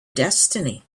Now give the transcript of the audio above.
destiny